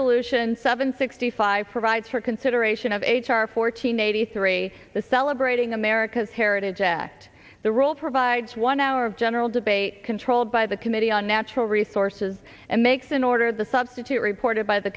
resolution seven sixty five provides for consideration of h r fourteen eighty three the celebrating america's heritage act the rule provides one hour of general debate controlled by the committee on natural resources and makes an order the substitute reported by the